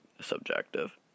subjective